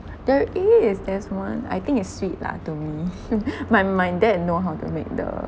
there is there's one I think is sweet lah to me my my dad know how to make the